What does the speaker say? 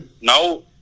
Now